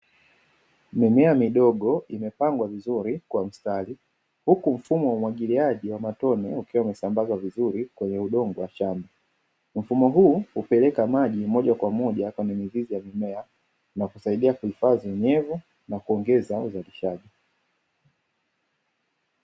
Mimea midogo imepangwa vizuri kwa mstari huku mfumo wa umwagiliaji wa matone ukiwa umesambazwa vizuri kwenye udongo wa shamba, mfumo huu hupeleka maji moja kwa moja familia na kusaidia kuhifadhi unyevu na kuongeza uzalishaji.